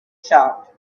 shocked